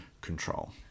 control